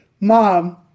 Mom